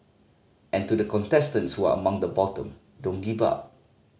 and to the contestants who are among the bottom don't give up